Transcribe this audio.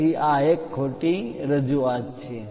તેથી આ એક ખોટી રજૂઆત છે